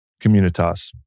communitas